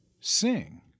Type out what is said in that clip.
sing